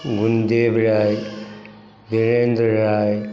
Gundev Rai Virendra Rai